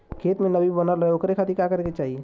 खेत में नमी बनल रहे ओकरे खाती का करे के चाही?